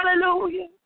Hallelujah